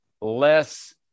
less